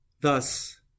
Thus